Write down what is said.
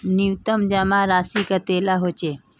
न्यूनतम जमा राशि कतेला होचे?